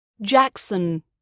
Jackson